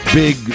big